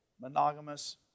monogamous